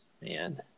man